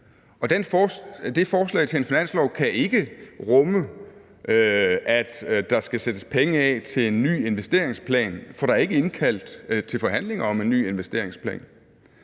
det forslag til en finanslov kan ikke rumme, at der skal sættes penge af til en ny investeringsplan, for der er ikke indkaldt til forhandlinger om en ny investeringsplan.